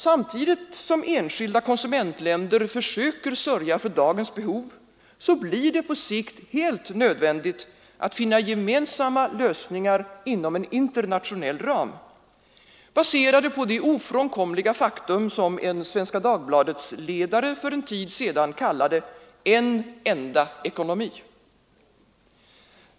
Samtidigt som enskilda konsumentländer försöker sörja för dagens behov, blir det på sikt helt nödvändigt att finna gemensamma lösningar inom en internationell ram, baserade på det ofrånkomliga faktum, som en ledare i Svenska Dagbladet för en tid sedan kallade: en enda ekonomi.